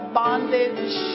bondage